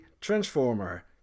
Transformer